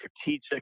strategic